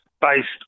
based